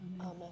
Amen